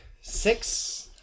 six